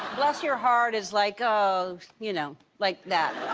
bless your heart is like, oh you know, like that.